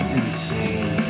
insane